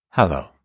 Hello